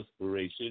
inspiration